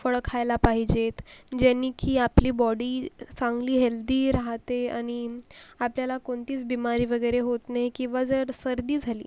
फळं खायला पाहिजेत ज्यांनी की आपली बॉडी चांगली हेल्दी राहते यांनी आपल्याला कोणतीच बिमारी वगैरे होत नाही किंवा जर सर्दी झाली